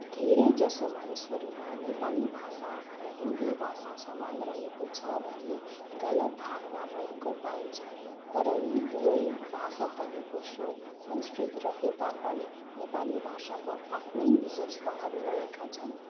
धेरै जसो मानिसहरूमा नेपाली भाषा र हिन्दी भाषा समान रहेको छ भन्ने गलत धारणा रहेको पाइन्छ तर यी दुवै भाषाहरूको स्रोत संस्कृत रहे तापनि नेपाली भाषाको आफ्नै विशेषताहरू रहेका छन्